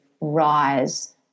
rise